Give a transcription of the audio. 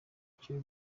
kiri